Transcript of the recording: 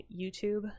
YouTube